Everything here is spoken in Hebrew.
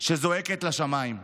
שזועקת לשמיים.